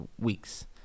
weeks